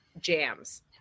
jams